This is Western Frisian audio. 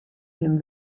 him